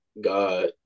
god